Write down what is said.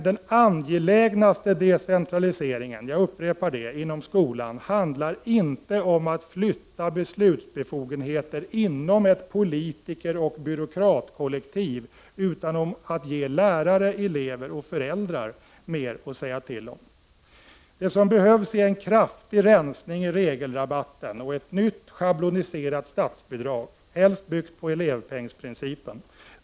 Den angelägnaste decentraliseringen inom skolan — jag upprepar det — handlar inte om att flytta beslutsbefogenheter inom ett politikeroch byråkratkollektiv, utan om att ge lärare, elever och föräldrar mer att säga till om. Det som behövs är en kraftig rensning i regelrabatten och ett nytt schabloniserat statsbidrag, helst byggt på elevpengsprincipen.